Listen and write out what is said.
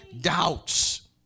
doubts